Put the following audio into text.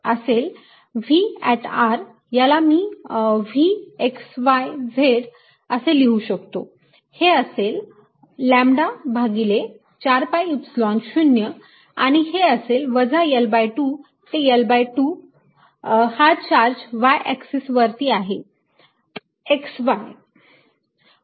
हे असेल V किंवा याला मी Vx y z असे लिहू शकतो हे असेल लॅम्बडा भागिले 4 pi Epsilon 0 आणि हे असेल वजा L2 ते L2 हा चार्ज y एक्सेस वरती आहे x y